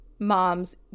moms